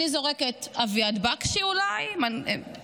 אני זורקת, אולי אביעד בקשי מקֹהלת?